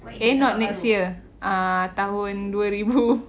eh not next year ah tahun dua ribu